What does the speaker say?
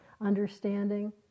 understanding